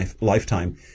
lifetime